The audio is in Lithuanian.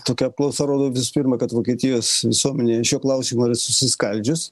tokia apklausa rodo visų pirma kad vokietijos visuomenė šiuo klausimu yra susiskaldžius